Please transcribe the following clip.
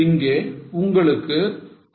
இங்கே உங்களுக்கு 65 கிடைக்கிறது